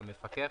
למפקח,